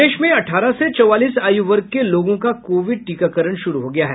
प्रदेश में अठारह से चौवालीस आयु वर्ग के लोगों का कोविड टीकाकरण शुरू हो गया है